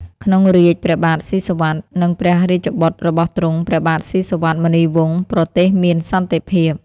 ក្នុងរាជ្យព្រះបាទស៊ីសុវត្ថិ និងព្រះរាជបុត្ររបស់ទ្រង់ ព្រះបាទស៊ីសុវត្ថិ មុនីវង្ស ប្រទេសមានសន្តិភាព។